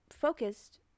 focused